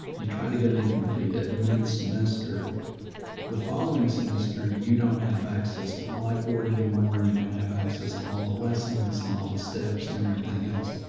you try to get an incomplete at mid-semester the following semester. you don't have access to blackboard anymore, and you don't have access to all the lessons and all the steps and everything else.